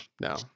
no